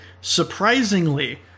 surprisingly